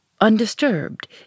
undisturbed